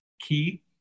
key